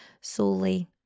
solely